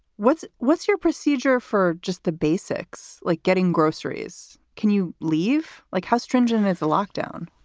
what's what's your procedure for? just the basics. like getting groceries. can you leave? like how stringent this lockdown?